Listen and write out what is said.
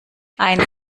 ein